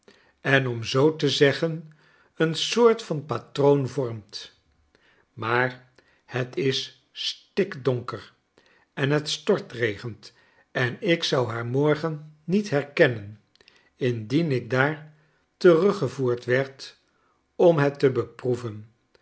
en om zoo te zeggen een soort van patroon vormt maar het is stikdonker en het stortregent en ik zou haar morgen niet herkennen indien ik daar teruggevoerd werd om het te beproeven